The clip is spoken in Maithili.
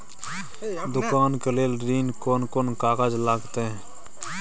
दुकान के लेल ऋण कोन कौन कागज लगतै?